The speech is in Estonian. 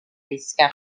riske